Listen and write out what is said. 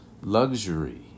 Luxury